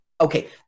Okay